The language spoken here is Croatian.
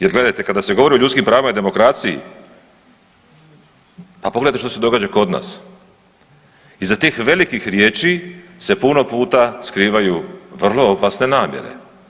Jer gledajte, kada se govori o ljudskim pravima i demokraciji, pa pogledajte što se događa kod nas, iza tih velikih riječi se puno puta skrivaju vrlo opasne namjere.